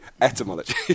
Etymology